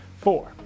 Four